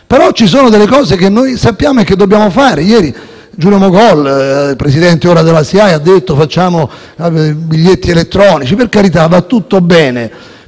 Però ci sono delle cose che noi sappiamo e che dobbiamo fare. Ieri, Giulio Rapetti Mogol, presidente della SIAE, ha detto: facciamo i biglietti elettronici. Per carità, va tutto bene,